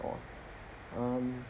or um